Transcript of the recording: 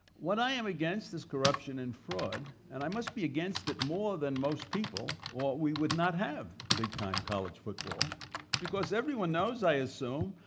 what i am against is corruption and fraud, and i must be against it more than most people we would not have big-time college football because everyone knows, i assume,